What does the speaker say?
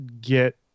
get